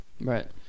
Right